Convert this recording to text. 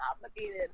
complicated